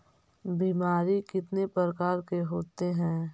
बीमारी कितने प्रकार के होते हैं?